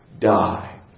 die